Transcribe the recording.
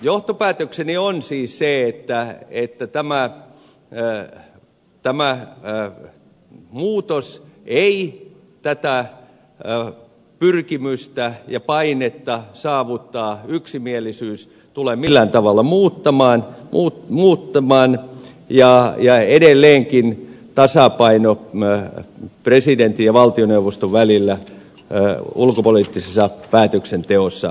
johtopäätökseni on siis se että tämä muutos ei tätä pyrkimystä ja painetta saavuttaa yksimielisyys tule millään tavalla muuttamaan ja edelleenkin tasapaino presidentin ja valtioneuvoston välillä ulkopoliittisessa päätöksenteossa säilyy